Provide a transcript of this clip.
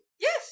Yes